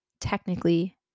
technically